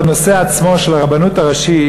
בנושא עצמו של הרבנות הראשית,